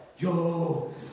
Yo